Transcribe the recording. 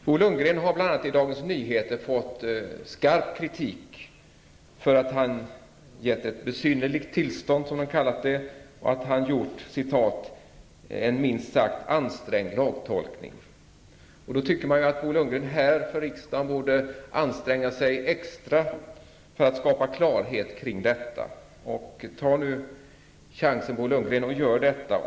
Bo Lundgren har bl.a. i Dagens Nyheter fått skarp kritik för att han har gett vad de kallar ett ''besynnerligt tillstånd'' och för att han har gjort ''en minst sagt ansträngd lagtolkning''. Då tycker man ju att Bo Lundgren här för riksdagen borde anstränga sig extra för att skapa klarhet kring detta. Ta nu chansen, Bo Lundgren, och gör detta!